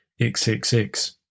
XXX